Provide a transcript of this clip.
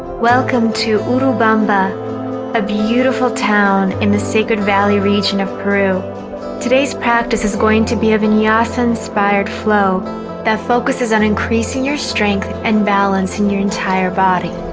welcome to urubamba ah beautiful town in the sacred valley region of peru today's practice is going to be a vinyasa inspired flow that focuses on increasing your strength and balance in your entire body